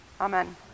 Amen